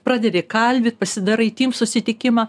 pradedi kalbyt pasidarai teams susitikimą